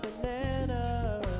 banana